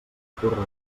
porró